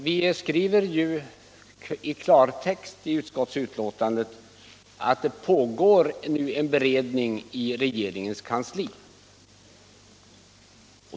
Vi skriver ju i klartext i utskottsbetänkandet att det pågår en beredning i regringens kansli.